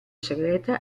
segreta